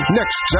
next